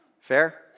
Fair